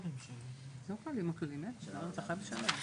תגידי לי מה הרעיון שלך.